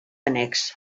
annexa